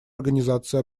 организации